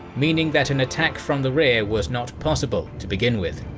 meaning that an attack from the rear was not possible to begin with.